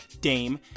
Dame